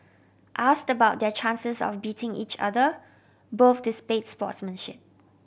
asked about their chances of beating each other both display sportsmanship